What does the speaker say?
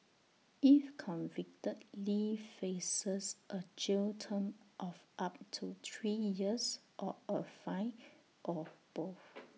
if convicted lee faces A jail term of up to three years or A fine or both